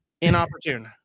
inopportune